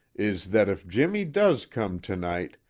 is that if jimmie does come to-night,